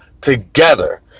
together